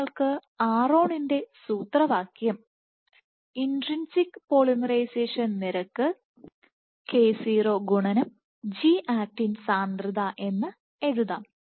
നിങ്ങൾക്ക് ron ന്റെ സൂത്രവാക്യം ഇൻട്രിൻസിക് പോളിമറൈസേഷൻ നിരക്ക് k0 ഗുണനം ജി ആക്റ്റിൻ സാന്ദ്രത എന്ന് എഴുതാം